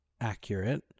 accurate